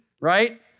Right